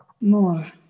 More